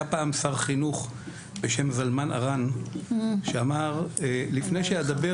היה פעם שר חינוך בשם זלמן ארן שאמר: לפני שאדבר,